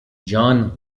john